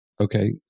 Okay